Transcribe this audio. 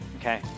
Okay